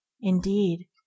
indeed